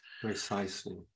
Precisely